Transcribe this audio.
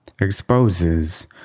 exposes